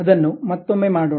ಅದನ್ನು ಮತ್ತೊಮ್ಮೆ ಮಾಡೋಣ